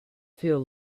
feel